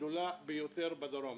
הגדולה ביותר בדרום.